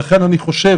ולכן אני חושב,